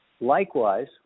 Likewise